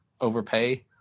overpay